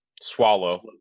Swallow